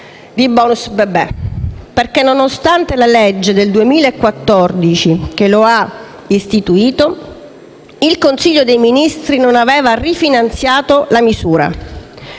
di *bonus* bebè perché, nonostante la legge del 2014 che lo ha istituito, il Consiglio dei ministri non ha poi rifinanziato la misura.